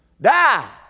Die